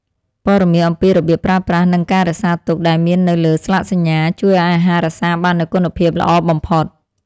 ព័ត៌មានអំពីរបៀបប្រើប្រាស់និងការរក្សាទុកដែលមាននៅលើស្លាកសញ្ញា ជួយឱ្យអាហាររក្សាបាននូវគុណភាពល្អបំផុត។